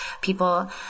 people